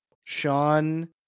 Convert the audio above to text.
Sean